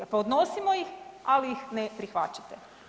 Podnosimo ih, ali ih ne prihvaćate.